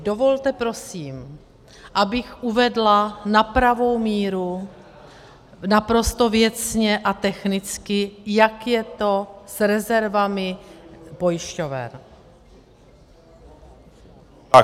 Dovolte, prosím, abych uvedla na pravou míru naprosto věcně a technicky, jak je to s rezervami pojišťoven.